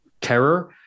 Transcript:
terror